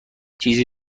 چیزی